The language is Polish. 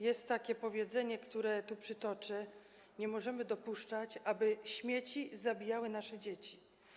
Jest takie powiedzenie, które tu przytoczę: Nie możemy dopuszczać, aby śmieci zabijały nasze dzieci.